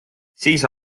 siis